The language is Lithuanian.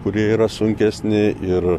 kurie yra sunkesni ir